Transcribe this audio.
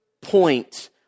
point